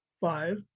Five